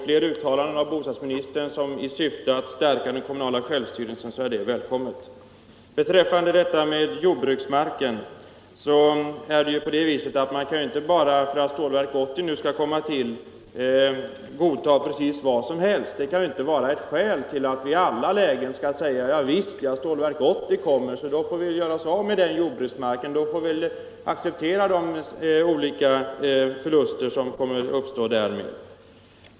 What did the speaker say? Fler uttalanden av bostadsministern i syfte att stärka den kommunala självstyrelsen är därför välkomna. När det gäller jordbruksmarken kan man inte godta precis vad som helst bara för att Stålverk 80 skall komma till stånd. Vi kan inte i alla lägen säga att med hänsyn till Stålverk 80 får vi göra oss av med den och den jordbruksmarken och acceptera de förluster som därmed uppstår.